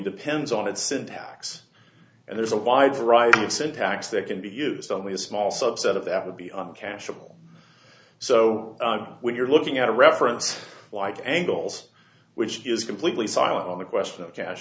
depends on its syntax and there's a wide variety of syntax that can be used only a small subset of that would be on cashel so when you're looking at a reference like angles which is completely silent on the question of cash